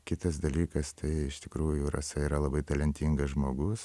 kitas dalykas tai iš tikrųjų rasa yra labai talentingas žmogus